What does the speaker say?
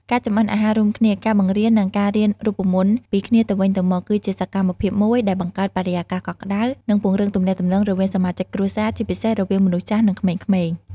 ការចម្អិនអាហាររួមគ្នា ការបង្រៀន និងការរៀនរូបមន្តពីគ្នាទៅវិញទៅមក គឺជាសកម្មភាពមួយដែលបង្កើតបរិយាកាសកក់ក្តៅ និងពង្រឹងទំនាក់ទំនងរវាងសមាជិកគ្រួសារ ជាពិសេសរវាងមនុស្សចាស់ និងក្មេងៗ។